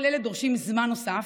כל אלה דורשים זמן נוסף,